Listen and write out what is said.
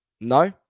No